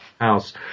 house